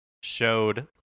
showed